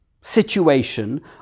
situation